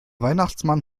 weihnachtsmann